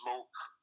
Smoke